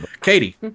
Katie